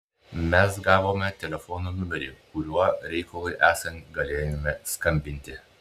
mes gavome telefono numerį kuriuo reikalui esant galėjome skambinti